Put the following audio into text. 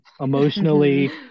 emotionally